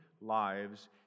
lives